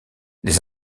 les